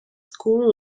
school